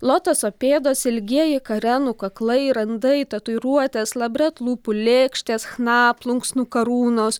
lotoso pėdos ilgieji karenų kaklai randai tatuiruotės labret lūpų lėkštės chna plunksnų karūnos